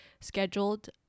scheduled